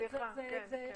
סליחה, כן.